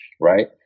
right